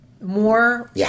more